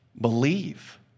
believe